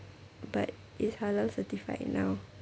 but it's halal certified now